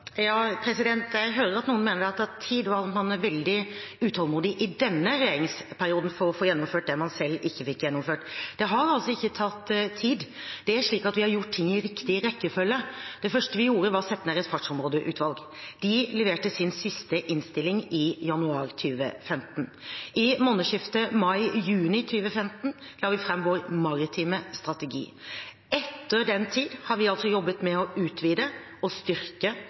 jeg hører at noen mener det har tatt tid, og at man er veldig utålmodig i denne regjeringsperioden for å få gjennomført det man selv ikke fikk gjennomført. Det har altså ikke tatt tid. Det er slik at vi har gjort ting i riktig rekkefølge. Det første vi gjorde, var å sette ned et fartsområdeutvalg. De leverte sin siste innstilling i januar 2015. I månedsskiftet mai–juni 2015 la vi fram vår maritime strategi. Etter den tid har vi altså jobbet med å utvide og styrke